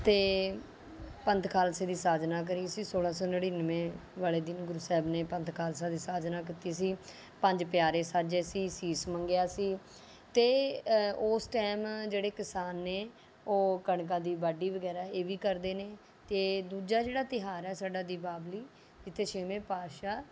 ਅਤੇ ਪੰਥ ਖਾਲਸੇ ਦੀ ਸਾਜਨਾ ਕਰੀ ਸੀ ਸੋਲ੍ਹਾਂ ਸੌ ਨੜਿਨਵੇਂ ਵਾਲੇ ਦਿਨ ਗੁਰੂ ਸਾਹਿਬ ਨੇ ਪੰਥ ਖਾਲਸਾ ਦੀ ਸਾਜਨਾ ਕੀਤੀ ਸੀ ਪੰਜ ਪਿਆਰੇ ਸਾਜੇ ਸੀ ਸੀਸ ਮੰਗਿਆ ਸੀ ਅਤੇ ਉਸ ਟਾਈਮ ਜਿਹੜੇ ਕਿਸਾਨ ਨੇ ਉਹ ਕਣਕਾਂ ਦੀ ਵਾਢੀ ਵਗੈਰਾ ਇਹ ਵੀ ਕਰਦੇ ਨੇ ਅਤੇ ਦੂਜਾ ਜਿਹੜਾ ਤਿਉਹਾਰ ਹੈ ਸਾਡਾ ਦੀਪਾਵਲੀ ਜਿੱਥੇ ਛੇਵੇਂ ਪਾਤਸ਼ਾਹ